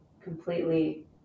completely